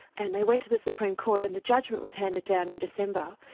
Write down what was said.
and they went to the supreme court and the judgment was handed down in december.